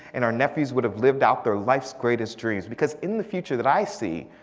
and our nephews would have lived out their life's greatest dreams. because in the future that i see,